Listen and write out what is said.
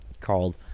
called